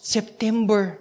September